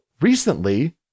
recently